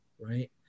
right